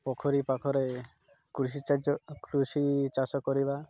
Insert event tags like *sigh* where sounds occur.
ପୋଖରୀ ପାଖରେ କୃଷି *unintelligible* କୃଷି ଚାଷ କରିବା